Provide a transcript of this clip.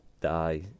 die